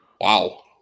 wow